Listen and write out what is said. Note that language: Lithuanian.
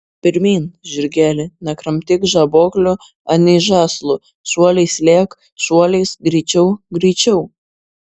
pirmyn žirgeli nekramtyk žaboklių anei žąslų šuoliais lėk šuoliais greičiau greičiau